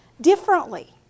differently